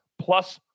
Plus